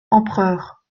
empereur